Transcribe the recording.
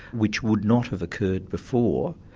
which would not have occurred before,